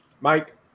Mike